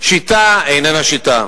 שיטה איננה שיטה.